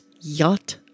yacht